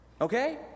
Okay